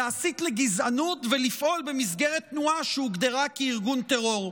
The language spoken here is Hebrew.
להסית לגזענות ולפעול במסגרת תנועה שהוגדרה ארגון טרור.